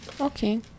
Okay